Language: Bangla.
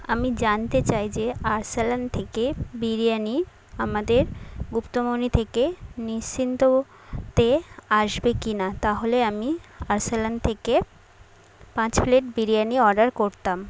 আমি জানতে চাই যে আরসালান থেকে বিরিয়ানি আমাদের গুপ্তমনি থেকে তে আসবে কি না তাহলে আমি আরসেলান থেকে পাঁচ প্লেট বিরিয়ানি অর্ডার করতাম